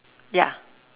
ya